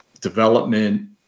development